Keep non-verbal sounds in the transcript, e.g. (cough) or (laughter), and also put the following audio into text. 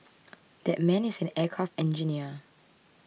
(noise) that man is an aircraft engineer